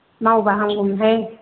मावबा हामगौमोनहाय